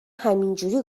همینجوری